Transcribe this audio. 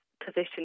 Position